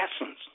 Essence